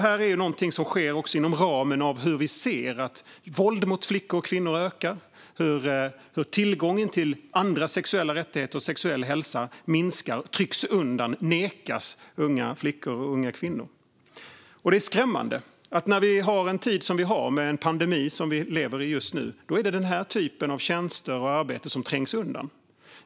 Vi ser hur våld mot flickor och kvinnor ökar, hur tillgången till andra sexuella rättigheter och sexuell hälsa minskar, trycks undan och nekas unga flickor och kvinnor. Det är skrämmande att det i en tid med en pandemi som vi lever i just nu är den här typen av tjänster och arbete som trängs undan.